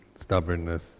stubbornness